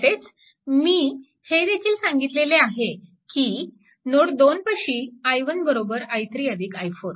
तसेच मी हेदेखील सांगितले आहे की नोड 2 पाशी i1 i3 i4